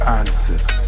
answers